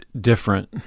different